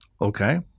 Okay